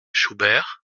schubert